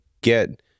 get